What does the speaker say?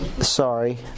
sorry